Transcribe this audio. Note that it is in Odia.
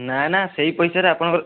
ନା ନା ସେଇ ପଇସାରେ ଆପଣଙ୍କର